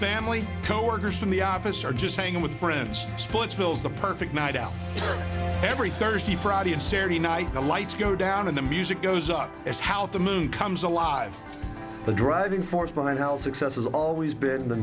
family coworkers in the office or just hanging with friends splitsville is the perfect night out every thursday friday and saturday night the lights go down in the music goes up as how the moon comes alive the driving force behind how success has always been the